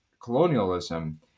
colonialism